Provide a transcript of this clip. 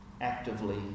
actively